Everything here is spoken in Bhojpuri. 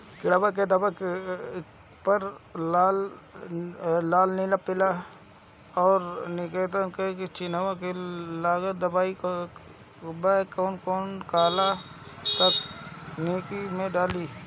किड़वा के दवाईया प लाल नीला पीला और हर तिकोना चिनहा लगल दवाई बा कौन काला तरकारी मैं डाली?